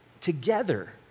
together